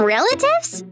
Relatives